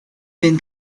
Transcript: been